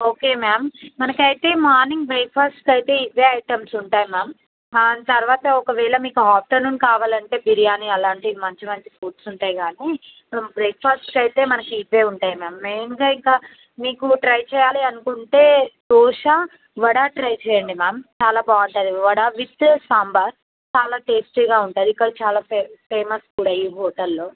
okay ma'am మనకు అయితే morning బ్రేక్ఫాస్ట్కి అయితే ఇవి ఐటమ్స్ ఉంటాయి మ్యామ్ తర్వాత ఒకవేళ మీకు ఆఫ్టర్నూన్ కావాలంటే బిర్యానీ అలాంటి మంచి మంచి ఫుడ్స్ ఉంటాయి కానీ బ్రేక్ఫాస్ట్కి అయితే మనకు ఇవి ఉంటాయి మ్యామ్ మెయిన్గా ఇక మీకు ట్రై చేయాలి అనుకుంటే దోశ వడ ట్రై చేయండి మ్యామ్ చాలా బాగుంటుంది వడ విత్ సాంబార్ చాలా టేస్టీగా ఉంటుంది ఇక్కడ చాలా ఫే ఫేమస్ కూడా ఈ హోటల్లో